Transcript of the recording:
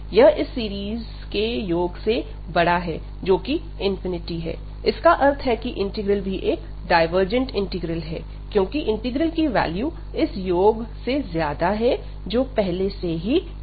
यह इस सीरीज के योग से बड़ा है जो कि है इसका अर्थ है कि इंटीग्रल भी एक डायवर्जेंट इंटीग्रल है क्योंकि इंटीग्रल की वैल्यू इस योग ज्यादा है जो पहले से ही है